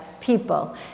people